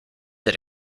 that